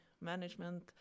management